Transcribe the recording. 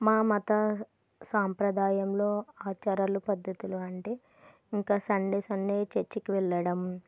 మా మత సాంప్రదాయంలో ఆచారాలు పద్ధతులు అంటే ఇంకా సండేస్ అన్ని చర్చ్కి వెళ్ళడం